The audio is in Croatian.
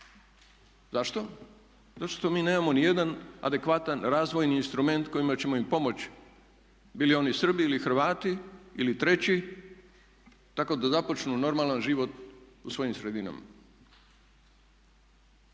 Zašto? Zato što mi nemamo ni jedan adekvatan razvojni instrument kojima ćemo im pomoći bili oni Srbi ili Hrvati ili treći tako da započnu normalan život u svojim sredinama.